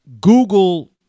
Google